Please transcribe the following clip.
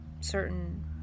certain